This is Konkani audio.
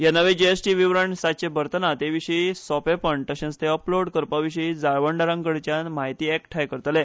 हे नवे जीएसटी विवरण साच्ये भरतना तेविशी सोपेपण तशेच ते अपलोड करपाविशी जाळवणदारांकडच्यान म्हायती एकठांय करतले